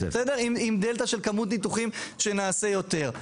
עם דלתא של כמות ניתוחים שנעשה יותר.